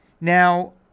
Now